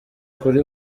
kuri